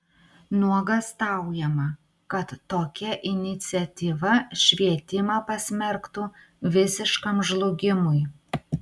nuogąstaujama kad tokia iniciatyva švietimą pasmerktų visiškam žlugimui